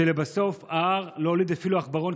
ולבסוף ההר לא הוליד אפילו עכברון,